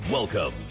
Welcome